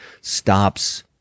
stops